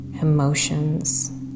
emotions